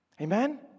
Amen